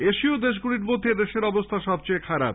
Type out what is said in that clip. এশীয় দেশগুলির মধ্যে এদেশের অবস্থা সবচেয়ে খারাপ